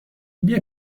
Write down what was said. بیا